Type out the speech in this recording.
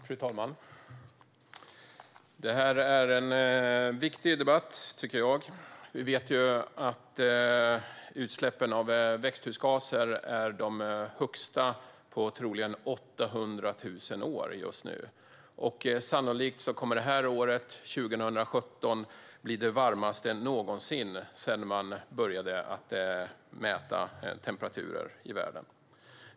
Fru talman! Det här är en viktig debatt. Vi vet att utsläppen av växthusgaser just nu är de största på 800 000 år. Och det här året, 2017, kommer sannolikt att bli det varmaste sedan man började mäta temperaturer i världen.